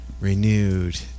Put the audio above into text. renewed